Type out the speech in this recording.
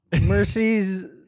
mercies